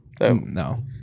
No